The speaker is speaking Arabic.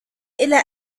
إلى